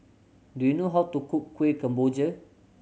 do you know how to cook Kuih Kemboja